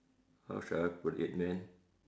how should I put it man